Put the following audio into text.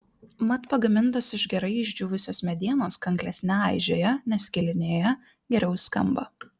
mat pagamintos iš gerai išdžiūvusios medienos kanklės neaižėja neskilinėja geriau skamba